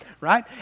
right